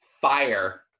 Fire